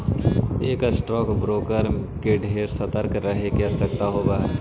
एक stock broker के ढेर सतर्क रहे के आवश्यकता होब हई